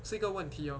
是一个问题哦